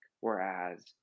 Whereas